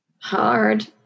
Hard